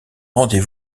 rendez